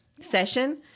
session